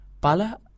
pala